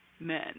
Men